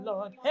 Lord